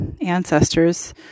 ancestors